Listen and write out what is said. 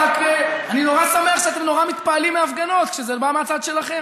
אני נורא שמח שאתם נורא מתפעלים מהפגנות כשזה בא מהצד שלכם.